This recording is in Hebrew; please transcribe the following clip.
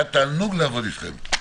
היה תענוג לעבוד אתכם.